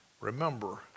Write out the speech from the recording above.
remember